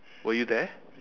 were you there